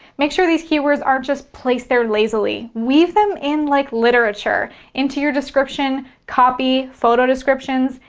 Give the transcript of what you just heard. make sure these keywords aren't just placed there lazily. weave them in like literature into your description, copy, photo descriptions,